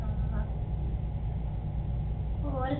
हां होर